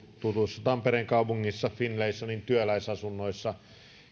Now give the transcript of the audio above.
tutussa tampereen kaupungissa finlaysonin työläisasunnoissa